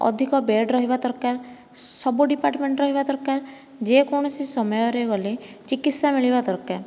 ଅଧିକ ବେଡ଼୍ ରହିବା ଦରକାର ସବୁ ଡିପାର୍ଟମେଣ୍ଟ ରହିବା ଦରକାର ଯେକୌଣସି ସମୟରେ ଗଲେ ଚିକିତ୍ସା ମିଳିବା ଦରକାର